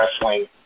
wrestling